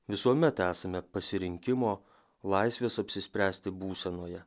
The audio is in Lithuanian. visuomet esame pasirinkimo laisvės apsispręsti būsenoje